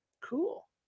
Cool